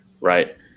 Right